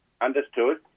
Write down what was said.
Understood